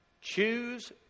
Choose